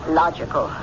logical